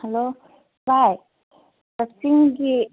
hello ꯚꯥꯏ ꯀꯛꯆꯤꯡꯒꯤ